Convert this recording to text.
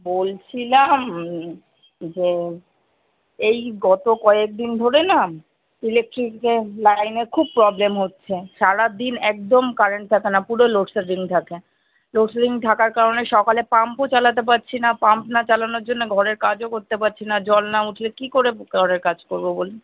বলছিলাম যে এই গত কয়েক দিন ধরে না ইলেকট্রিকের লাইনের খুব প্রোবলেম হচ্ছে সারা দিন একদম কারেন্ট থাকে না পুরো লোডশেডিং থাকে লোডশেডিং থাকার কারণে সকালে পাম্পও চালাতে পারছি না পাম্প না চালানোর জন্যে ঘরের কাজও করতে পারছি না জল না উঠলে কী করে ঘরের কাজ করবো বলুন